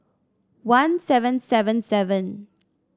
one seven seven seven